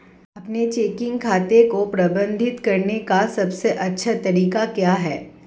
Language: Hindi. अपने चेकिंग खाते को प्रबंधित करने का सबसे अच्छा तरीका क्या है?